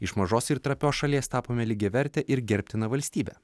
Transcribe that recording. iš mažos ir trapios šalies tapome lygiaverte ir gerbtina valstybe